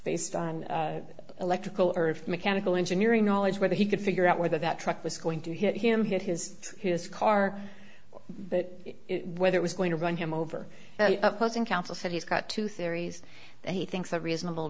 based on electrical earth mechanical engineering knowledge whether he could figure out whether that truck was going to hit him hit his his car but whether it was going to run him over the opposing counsel said he's got two theories that he thinks a reasonable